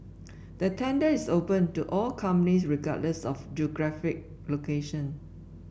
the tender is open to all companies regardless of geographic location